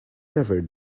never